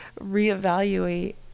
reevaluate